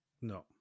no